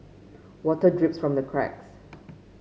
water drips from the cracks